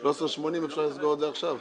13.80, אפשר לסגור את זה עכשיו.